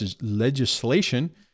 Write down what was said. legislation